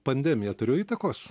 pandemija turėjo įtakos